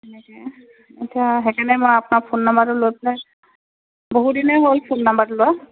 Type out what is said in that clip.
এনেকৈ আচ্ছা সেইকাৰণে মই আপোনাৰ ফোন নাম্বাৰটো লৈ পেলাই বহু দিনে হ'ল ফোন নাম্বাৰটো লোৱা